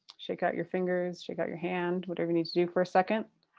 shake out your fingers. shake out your hand. whatever need to do for a second.